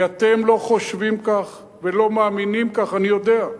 כי אתם לא חושבים כך ולא מאמינים כך, אני יודע.